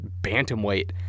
bantamweight